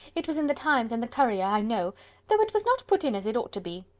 it was in the times and the courier, i know though it was not put in as it ought to be.